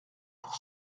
pour